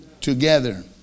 together